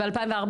מ-2014?